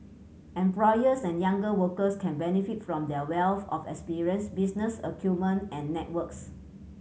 employers and younger workers can benefit from their wealth of experience business acumen and networks